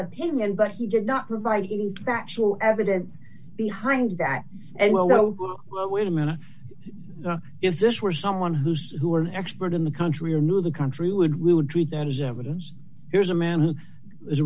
opinion but he did not provide any factual evidence behind that and well well wait a minute if this were someone whose who were an expert in the country or knew the country would we would treat that as evidence here's a man who is